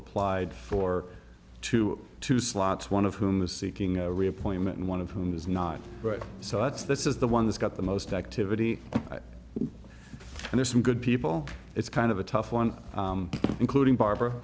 applied for two two slots one of whom is seeking a re appointment and one of whom is not right so i guess this is the one that's got the most activity and there's some good people it's kind of a tough one including barbara